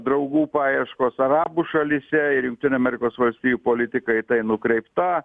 draugų paieškos arabų šalyse ir jungtinių amerikos valstijų politika į tai nukreipta